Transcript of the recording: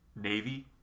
Navy